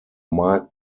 marked